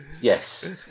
Yes